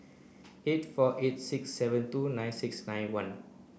eight four eight six seven two nine six nine one